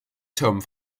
türmen